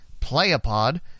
Playapod